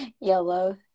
yellow